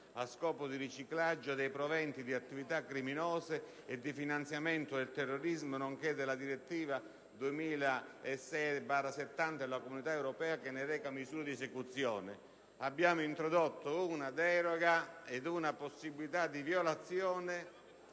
a scopo di riciclaggio dei proventi di attività criminose e di finanziamento del terrorismo nonché della direttiva 2006/70 della Comunità europea che ne reca misure di esecuzione. Abbiamo introdotto una deroga ed una possibilità di violazione